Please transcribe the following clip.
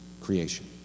creation